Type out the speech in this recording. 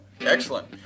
Excellent